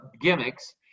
gimmicks